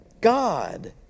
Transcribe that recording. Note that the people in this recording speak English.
God